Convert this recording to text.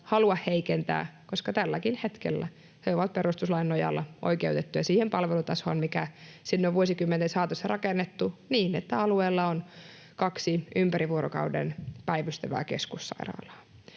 halua heikentää, koska tälläkin hetkellä he ovat perustuslain nojalla oikeutettuja siihen palvelutasoon, mikä sinne on vuosikymmenten saatossa rakennettu niin, että alueella on kaksi ympäri vuorokauden päivystävää keskussairaalaa.